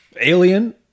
Alien